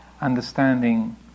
understanding